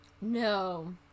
No